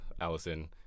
Allison